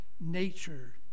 nature